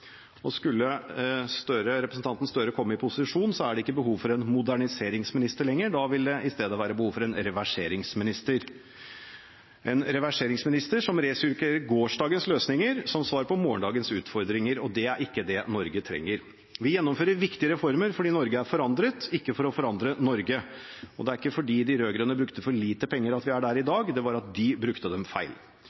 reversering. Skulle representanten Gahr Støre komme i posisjon, er det ikke behov for en moderniseringsminister lenger, da vil det i stedet være behov for en reverseringsminister – en reverseringsminister som resirkulerer gårsdagens løsninger som svar på morgendagens utfordringer. Det er ikke det Norge trenger. Vi gjennomfører viktige reformer fordi Norge er forandret, ikke for å forandre Norge. Det er ikke fordi de rød-grønne brukte for lite penger at vi er der vi er i dag, det var fordi de brukte dem feil.